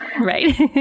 Right